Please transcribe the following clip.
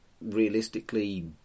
realistically